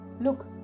Look